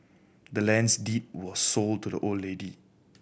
the land's deed was sold to the old lady